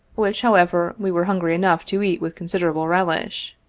which however, we were hungry enough to eat with considerable relish.